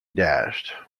dashed